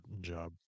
job